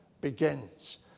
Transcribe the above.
begins